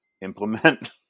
implement